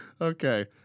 Okay